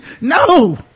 No